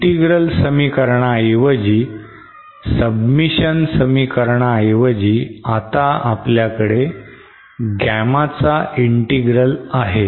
integral समीकरणाऐवजी substitution समीकरणाऐवजी आता आपल्याकडे Gamma चा ईंटेग्रेल आहे